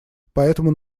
поэтому